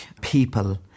people